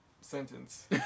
sentence